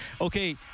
okay